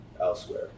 elsewhere